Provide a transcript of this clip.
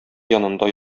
янында